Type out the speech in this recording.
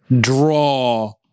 draw